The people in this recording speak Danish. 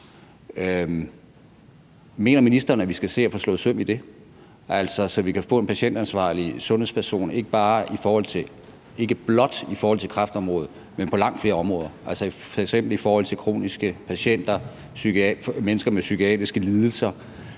Mener ministeren, at vi skal se at få slået søm i det, så vi kan få en patientansvarlig sundhedsperson, ikke blot i forhold til kræftområdet, men på langt flere områder, f.eks. i forhold til kroniske patienter, mennesker med psykiatriske lidelser,